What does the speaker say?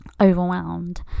overwhelmed